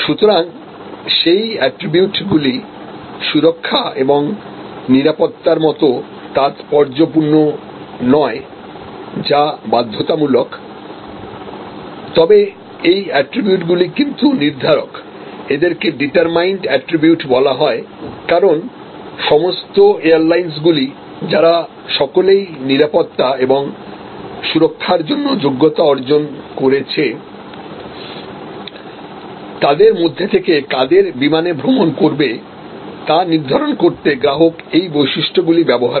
সুতরাং সেই এট্রিবিউট গুলি সুরক্ষা এবং নিরাপত্তার মতো তাত্পর্যপূর্ণ নয় যা বাধ্যতামূলক তবে এই এট্রিবিউট গুলি কিন্তু নির্ধারক এদেরকে ডিটারমাইন্ড এট্রিবিউট বলা হয় কারণ সমস্ত এয়ারলাইন্সগুলি যারা সকলেই নিরাপত্তা এবং সুরক্ষার জন্য যোগ্যতা অর্জন করেছে তাদের মধ্যে থেকে কাদের বিমানে ভ্রমণ করবে তা নির্ধারণ করতে গ্রাহক এই বৈশিষ্ট্যগুলি ব্যবহার করে